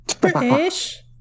British